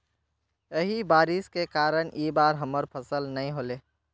यही बारिश के कारण इ बार हमर फसल नय होले?